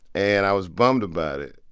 and i was bummed about it.